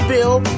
Bill